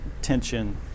tension